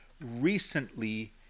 recently